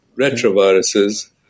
retroviruses